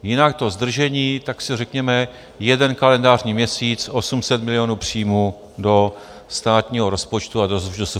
Jinak to zdržení si řekněme, jeden kalendářní měsíc 800 milionů příjmů do státního rozpočtu a do SFDI.